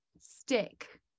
stick